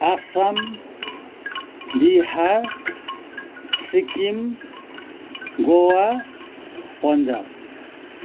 Assam Bihar Sikkim Goa Punjab